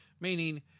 Meaning